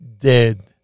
dead